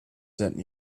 sent